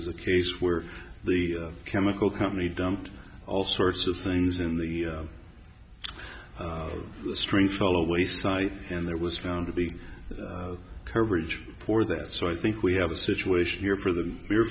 was a case where the chemical company dumped all sorts of things in the stringfellow waste site and there was found to be coverage for that so i think we have a situation here for the mere